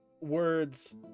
words